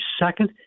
second